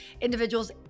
individuals